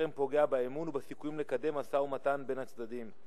החרם פוגע באמון ובסיכויים לקדם משא-ומתן בין הצדדים.